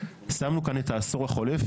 שמנו כאן את העשור החולף,